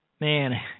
Man